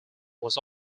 was